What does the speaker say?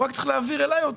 הוא רק צריך להעביר אליי.